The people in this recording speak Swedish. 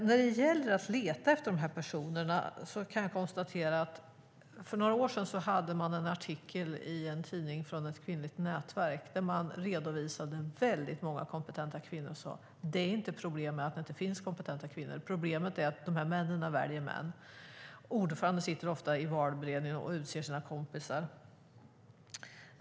När det gäller att leta efter dessa personer kan jag konstatera att man för några år sedan hade en artikel i en tidning från ett kvinnligt nätverk där man redovisade väldigt många kompetenta kvinnor. Problemet är inte att det inte finns kompetenta kvinnor. Problemet är att dessa män väljer män. Ordföranden sitter ofta i valberedningen och utser sina kompisar.